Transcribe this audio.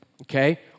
okay